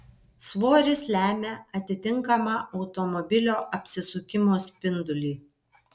svoris lemia atitinkamą automobilio apsisukimo spindulį